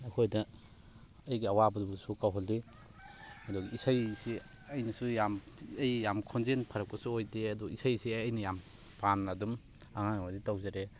ꯑꯩꯈꯣꯏꯗ ꯑꯩꯒꯤ ꯑꯋꯥꯕꯗꯨꯕꯨꯁꯨ ꯀꯥꯎꯍꯜꯂꯤ ꯑꯗꯨꯒ ꯏꯁꯩꯁꯤ ꯑꯩꯅꯁꯨ ꯌꯥꯝ ꯑꯩ ꯌꯥꯝ ꯈꯣꯟꯖꯦꯜ ꯐꯔꯛꯄꯁꯨ ꯑꯣꯏꯗꯦ ꯑꯗꯨ ꯏꯁꯩꯁꯦ ꯑꯩꯅ ꯌꯥꯝ ꯄꯥꯝꯅ ꯑꯗꯨꯝ ꯑꯉꯥꯡ ꯑꯣꯏꯔꯤꯉꯩꯗ ꯇꯧꯖꯔꯛꯑꯦ